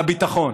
על הביטחון.